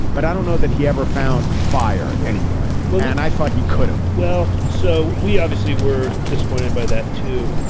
but i don't know that he ever found fire anywhere. well, yeah and i thought he could have well, so we obviously were disappointed by that, too.